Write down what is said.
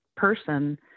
person